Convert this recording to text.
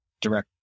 direct